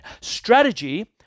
Strategy